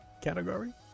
category